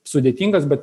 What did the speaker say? sudėtingas bet